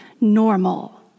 normal